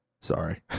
Sorry